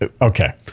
okay